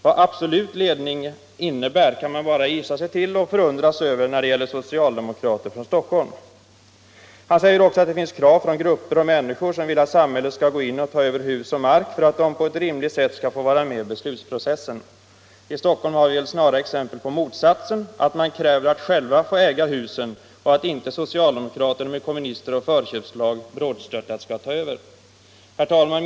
Vad ”absolut ledning” innebär kan man bara gissa sig till och förundras över när det gäller socialdemokrater från Stockholm. Han säger också att det finns krav från grupper och människor som vill att samhället skall gå in och ta över hus och mark för att de på ett rimligt sätt skall få vara med i beslutsprocessen. I Stockholm har vi väl snarare exempel på motsatsen: Människorna kräver att själva få äga husen och att inte socialdemokrater med hjälp av kommunister och förköpslag brådstörtat skall ta över. Herr talman!